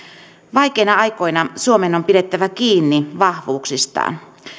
vaikeina aikoina suomen on pidettävä kiinni vahvuuksistaan